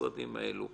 במשרדים האלה,